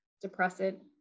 depressant